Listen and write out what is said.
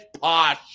posh